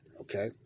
okay